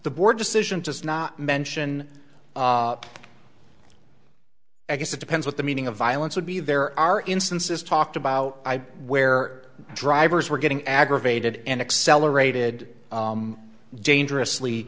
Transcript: the board decision to not mention i guess it depends what the meaning of violence would be there are instances talked about where drivers were getting aggravated and accelerated dangerously